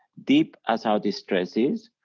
deep as how these stress is,